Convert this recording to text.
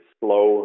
slow